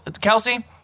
Kelsey